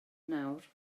nawr